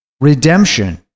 redemption